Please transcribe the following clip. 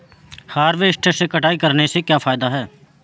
Harvester से कटाई करने से क्या फायदा है?